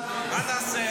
מה נעשה?